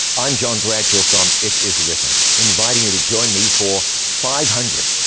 i'm john bradshaw from it is written, inviting you to join me for five hundred,